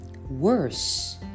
Worse